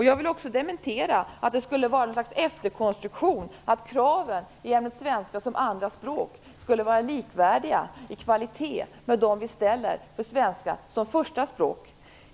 Jag vill också dementera att det skulle vara något slags efterhandskonstruktion att kraven i ämnet svenska som andraspråk skulle vara likvärdiga i kvalitet med dem som vi ställer i ämnet svenska som första språk.